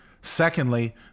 Secondly